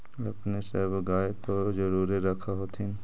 अपने सब गाय तो जरुरे रख होत्थिन?